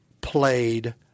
played